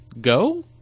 Go